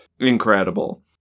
incredible